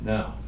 Now